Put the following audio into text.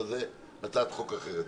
אבל זו הצעת חוק אחרת,